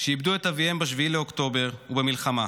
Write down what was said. שאיבדו את אביהם ב-7 באוקטובר ובמלחמה,